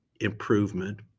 improvement